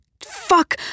fuck